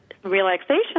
relaxation